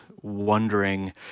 wondering